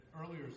earlier